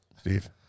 Steve